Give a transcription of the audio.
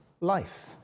life